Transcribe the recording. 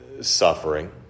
suffering